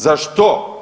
Za što?